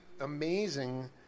amazing